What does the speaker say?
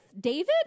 David